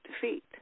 defeat